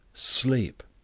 sleep,